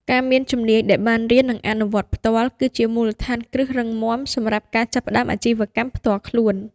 ការមានជំនាញដែលបានរៀន និងអនុវត្តផ្ទាល់ គឺជា មូលដ្ឋានគ្រឹះរឹងមាំ សម្រាប់ការចាប់ផ្តើមអាជីវកម្មផ្ទាល់ខ្លួន។